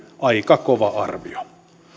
aika kova arvio